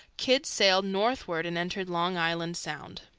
kidd sailed northward and entered long island sound.